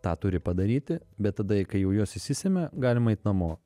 tą turi padaryti bet tada kai jau jos išsisemia galima eit namo